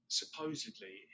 supposedly